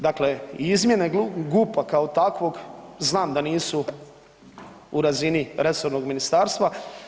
Dakle, izmjene GUP-a kao takvog znam da nisu u razini resornog ministarstva.